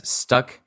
stuck